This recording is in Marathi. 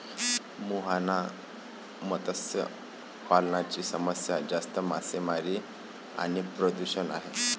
मुहाना मत्स्य पालनाची समस्या जास्त मासेमारी आणि प्रदूषण आहे